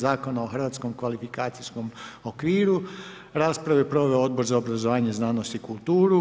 Zakona o Hrvatskom kvalifikacijskom okviru, raspravu je proveo Odbor za obrazovanje, znanost i kulturu.